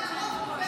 לא עדת